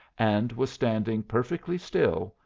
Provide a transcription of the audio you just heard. and was standing perfectly still,